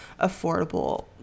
affordable